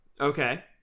Okay